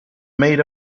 made